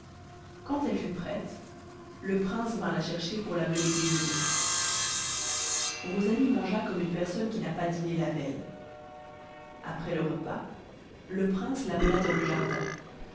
quand elle fut prête le prince vint la chercher pour la mener déjeuner rosalie mangea comme une personne qui n'a pas dîné la veille après le repas le prince la mena dans le jardin